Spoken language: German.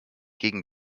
gegen